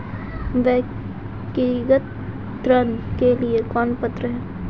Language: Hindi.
व्यक्तिगत ऋण के लिए कौन पात्र है?